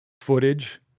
footage